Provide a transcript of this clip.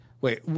Wait